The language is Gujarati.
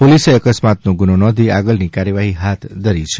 પોલીસે અકસ્માતનો ગુનો નોંધી આગળની કાર્યવાહી હાથ ધરી છે